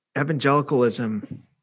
evangelicalism